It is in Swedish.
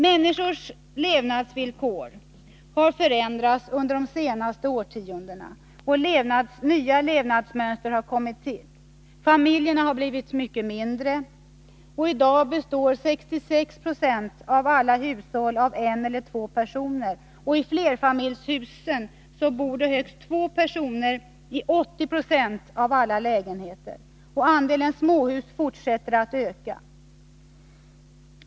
Människors levandsvillkor har förändrats under de senaste årtiondena, och nya levnadsmönster har kommit till. Familjerna har blivit mycket mindre. I dag består 66 20 av alla hushåll av en eller två personer. I flerfamiljshusen bor det högst två personer i 80 20 av alla lägenheter, och andelen småhushåll fortsätter att öka.